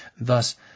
Thus